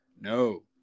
No